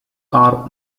are